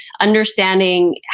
understanding